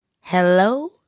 Hello